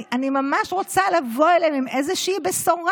אני ממש רוצה לבוא אליהם עם איזושהי בשורה.